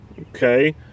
okay